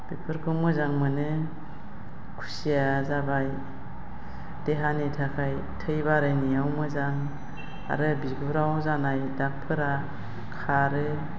बेफोरखौ मोजां मोनो खुसियाया जाबाय देहानि थाखाय थै बारायनायाव मोजां आरो बिगुराव जानाय दागफोरा खारो